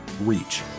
reach